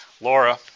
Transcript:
Laura